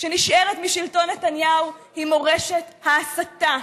שנשארת משלטון נתניהו היא מורשת ההסתה.